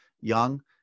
young